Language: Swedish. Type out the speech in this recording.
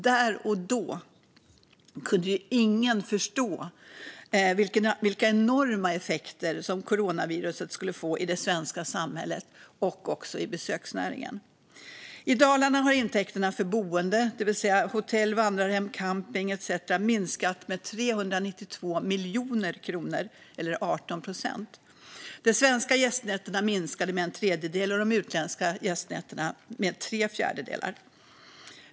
Där och då kunde ingen förstå vilka enorma effekter coronaviruset skulle få på det svenska samhället och besöksnäringen. I Dalarna har intäkterna för boende, det vill säga hotell, vandrarhem, camping etcetera, minskat med 392 miljoner kronor eller 18 procent. De svenska gästnätterna minskade med en tredjedel och de utländska gästnätterna minskade med tre fjärdedelar.